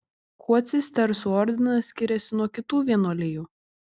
kuo cistersų ordinas skiriasi nuo kitų vienuolijų